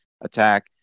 attack